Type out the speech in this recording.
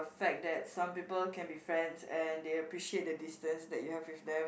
fact that some people can be friends and they appreciate the distance that you have with them